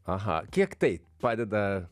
aha kiek tai padeda